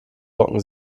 trocken